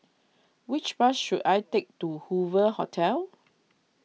which bus should I take to Hoover Hotel